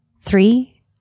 Three